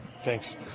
Thanks